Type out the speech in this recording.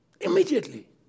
Immediately